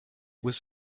was